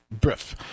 Briff